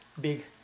big